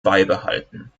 beibehalten